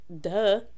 duh